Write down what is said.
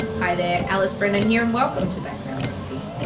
hi there, alice brennan here and welcome to background briefing.